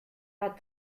out